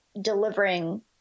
delivering